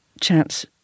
chance